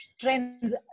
trends